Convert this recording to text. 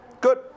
Good